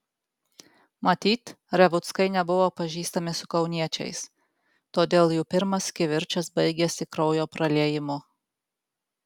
matyt revuckai nebuvo pažįstami su kauniečiais todėl jų pirmas kivirčas baigėsi kraujo praliejimu